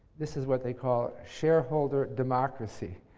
this is what they call shareholder democracy.